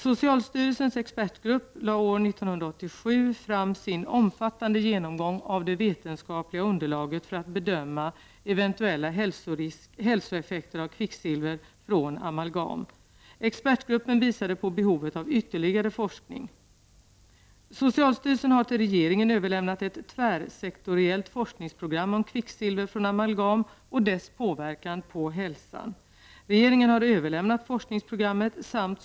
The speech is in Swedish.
Socialstyrelsens expertgrupp lade år 1987 fram sin omfattande genomgång av det vetenskapliga underlaget för att bedöma eventuella hälsoeffekter av kvicksilver från amalgam. Expertgruppen visade på behovet av ytterligare forskning. Socialstyrelsen har till regeringen överlämnat ett tvärsektoriellt forskningsprogram om kvicksilver från amalgam och dess påverkan på häslan.